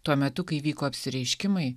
tuo metu kai vyko apsireiškimai